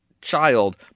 child